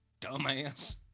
Dumbass